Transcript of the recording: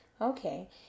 Okay